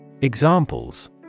Examples